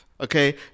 okay